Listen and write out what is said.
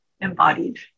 embodied